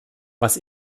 was